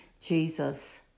Jesus